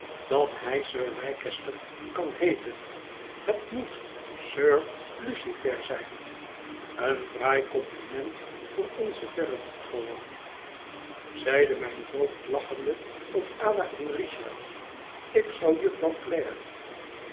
dat hij sir leicester kan heeten het moet sir lucifer zijn een fraai compliment voor onzen verren bloedverwant zeide mijn voogd lachende tot ada en richard ik zou